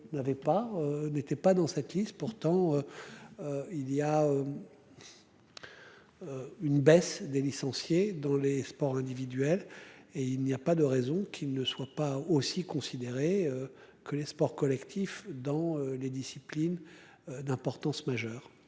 n'était pas dans cette liste pourtant. Il y a. Une baisse des licenciés dans les sports individuels et il n'y a pas de raison qu'il ne soit pas aussi considérer que les sports collectifs dans les disciplines. D'importance majeure.